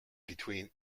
between